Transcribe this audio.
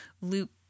loop